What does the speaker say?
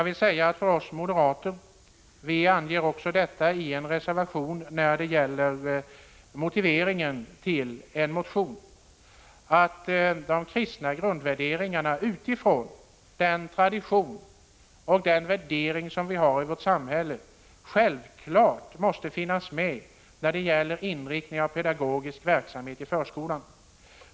Vi moderater anger i motiveringen till en motion och i reservationen att de kristna grundvärderingarna, utifrån den tradition och den värdering som vi har i vårt samhälle, självfallet måste finnas med när det gäller inriktningen av pedagogisk verksamhet i förskolan.